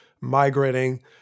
migrating